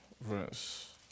verse